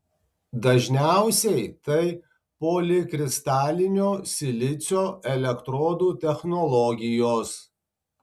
dažniausiai tai polikristalinio silicio elektrodų technologijos